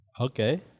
Okay